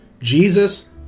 Jesus